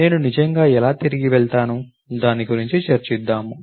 నేను నిజంగా ఎలా తిరిగి వెళ్తాను దాని గురించి చర్చిద్దాము